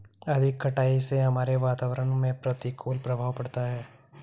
अधिक कटाई से हमारे वातावरण में प्रतिकूल प्रभाव पड़ता है